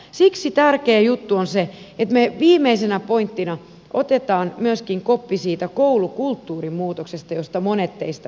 siksi tärkeä juttu on se että me viimeisenä pointtina otamme myöskin kopin siitä koulukulttuurin muutoksesta josta monet teistä puhuivat